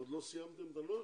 עוד לא סיימתם את הנוהל?